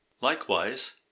Likewise